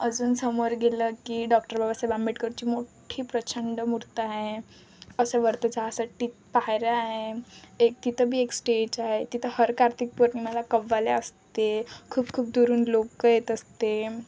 अजून समोर गेलं की डॉक्टर बाबासाहेब आंबेडकरची मोठी प्रचंड मूर्ती आहे असं वरती जायसाठी पायऱ्या आहे एक तिथं बी एक स्टेज आहे तिथं हर कार्तिक पौर्णिमेला कव्वाल्या असते खूप खूप दुरून लोकं येत असते